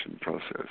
process